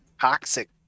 toxic